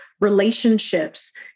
relationships